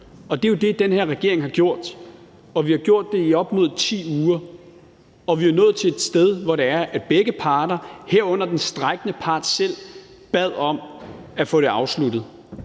Det er jo det, den her regering har gjort, og vi har gjort det i op mod 10 uger, og vi var nået til et sted, hvor begge parter, herunder den strejkende part, selv bad om at få det afsluttet.